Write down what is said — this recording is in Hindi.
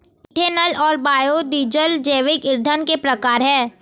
इथेनॉल और बायोडीज़ल जैविक ईंधन के प्रकार है